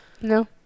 No